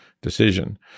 decision